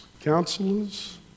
counselors